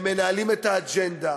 הם מנהלים את האג'נדה.